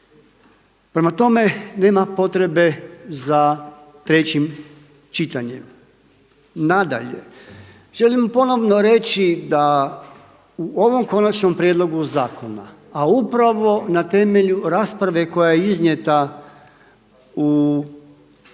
Prema tome nema potrebe za trećim čitanjem. Nadalje, želim ponovno reći da u ovom konačnom prijedlogu zakona a upravo na temelju rasprave koja je iznijeta u,